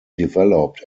developed